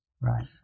Right